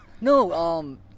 No